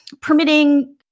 permitting